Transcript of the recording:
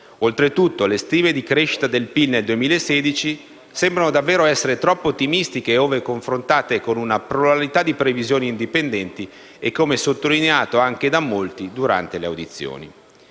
Oltretutto, le stime di crescita del PIL nel 2016 sembrano davvero essere troppo ottimistiche, ove confrontate con una pluralità di previsioni indipendenti e come sottolineato anche da molti durante le audizioni.